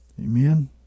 Amen